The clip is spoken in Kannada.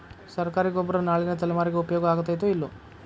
ಸರ್ಕಾರಿ ಗೊಬ್ಬರ ನಾಳಿನ ತಲೆಮಾರಿಗೆ ಉಪಯೋಗ ಆಗತೈತೋ, ಇಲ್ಲೋ?